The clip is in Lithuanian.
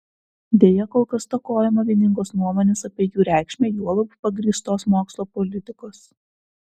deja kol kas stokojama vieningos nuomonės apie jų reikšmę juolab pagrįstos mokslo politikos